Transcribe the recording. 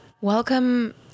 welcome